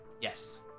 Yes